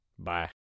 Bye